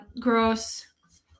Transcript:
Gross